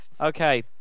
Okay